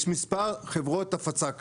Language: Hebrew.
יש מספר חברות הפצה כאלה.